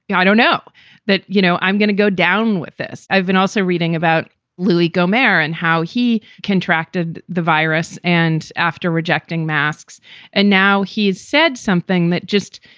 yeah i don't know that you know i'm going to go down with this. i've been also reading about louie gohmert and how he contracted the virus and after rejecting masks and now he said something that just,